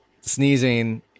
sneezing